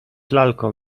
lalką